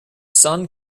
sun